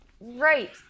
right